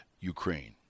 Ukraine